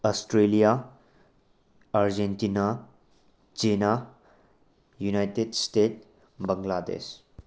Australia Argentina China united state Bangladesh